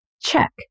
check